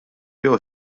jew